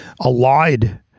allied